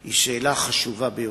היא שאלה חשובה ביותר,